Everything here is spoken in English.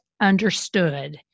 understood